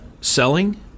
selling